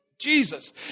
Jesus